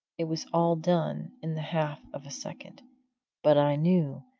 it was all done in the half of a second but i knew,